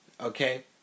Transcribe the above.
Okay